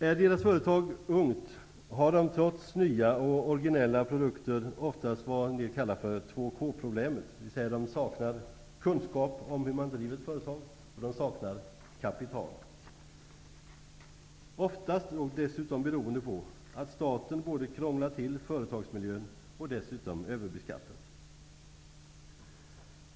Om dessa företag är unga, har ägarna trots nya och originella produkter ofta vad som kallas 2K problemet, dvs. de saknar kunskaper om hur man driver ett företag och de saknar kapital, och det beror ofta på att staten har krånglat till företagsmiljön. Dessutom är de föremål för överbeskattning.